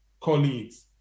colleagues